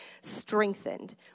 strengthened